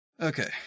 Okay